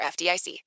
FDIC